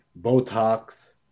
Botox